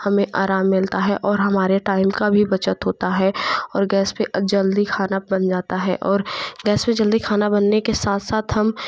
हमें आराम मिलता है और हमारे टाइम का भी बचत होता है और गैस पर जल्दी खाना बन जाता है और गैस पर जल्दी खाना बनने के साथ साथ हम